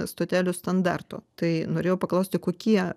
stotelių standarto tai norėjau paklausti kokie